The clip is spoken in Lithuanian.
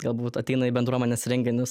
galbūt ateina į bendruomenės renginius